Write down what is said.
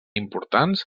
importants